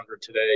today